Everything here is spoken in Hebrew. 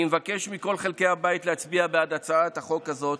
אני מבקש מכל חלקי הבית להצביע בעד הצעת החוק הזאת.